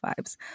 vibes